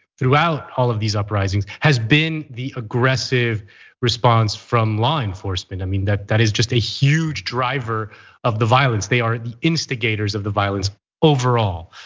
throughout all of these uprisings, has been the aggressive response from law enforcement. i mean that that is just a huge driver of the violence, they are the instigators of the violence overall.